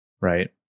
right